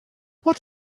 what